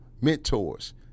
mentors